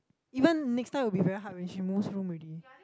even next time will be very hard when she moves room already